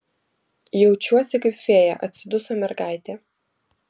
jaučiuosi kaip fėja atsiduso mergaitė